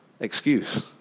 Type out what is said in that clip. excuse